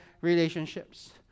relationships